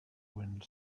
wind